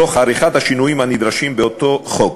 תוך עריכת השינויים הנדרשים באותו חוק,